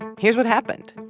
and here's what happened.